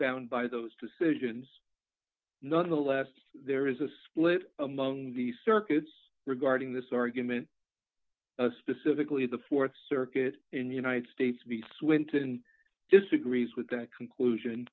bound by those decisions nonetheless there is a split among the circuits regarding this argument specifically the th circuit in the united states the swinton disagrees with that conclusion